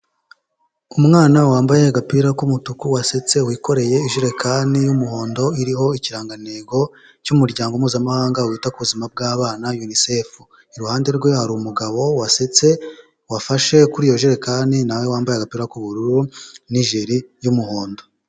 Umwana wambaye agapira k'umutuku, wasetse wikoreye ijerekani y'umuhondo, iriho ikirangantego cy'umuryango mpuzamahanga wita ku buzima bw'abana UNICEF, iruhande rwe hari umugabo wasetse, wafashe kuri iyo jerekani na we wambaye agapira k'ubururu, n'ijiri y'umuhondo.